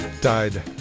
Died